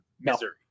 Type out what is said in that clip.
Missouri